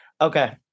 Okay